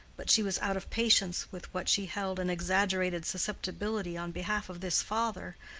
but she was out of patience with what she held an exaggerated susceptibility on behalf of this father,